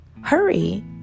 hurry